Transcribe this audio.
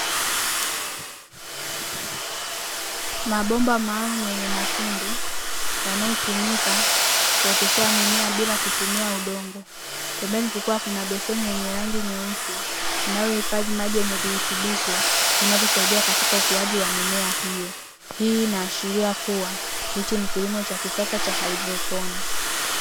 Mabomba maalumu yenye matundu yanayotumika kuoteshea mimea bila kutumia udongo, pembeni kukiwa kuna beseni lenye rangi nyeusi linalohifadhi maji yenye virutubisho vinavyosaidia katika ukuaji wa mimea hiyo. Hii inaashiria kuwa hiki ni kilimo cha kisasa cha haidroponi.